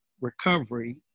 recovery